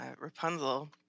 Rapunzel